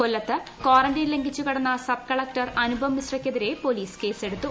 കൊല്ലത്ത് ക്വാറന്റെൻ ലംഘിച്ച് കടന്ന സബ് കളക്ടർ അനുപം മിശ്രയ്ക്കെതിരെ പോലീസ് കേസെടുത്തു